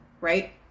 right